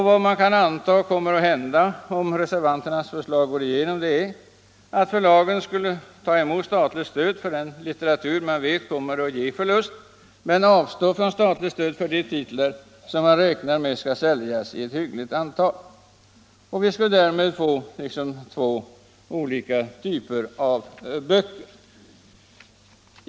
Vad man kan anta skulle komma att hända om reservanternas förslag går igenom är att förlagen skulle ta emot statligt stöd för den litteratur man vet kommer att ge förlust, men avstå från statligt stöd för de titlar som man kan räkna med skall säljas i hyggligt antal. Vi skulle därmed få två olika typer av böcker.